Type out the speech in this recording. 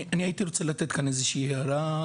אני הייתי רוצה לתת כאן איזו שהיא הארה.